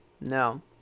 No